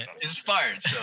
inspired